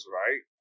right